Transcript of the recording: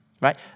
Right